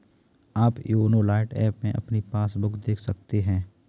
आप YONO lite app में अपनी पासबुक देख सकते हैं